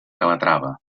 calatrava